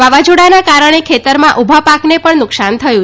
વાવાઝોડાના કારણે ખેતરમાં ઉભા પાકને પણ નુકસાન થયું છે